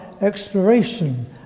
exploration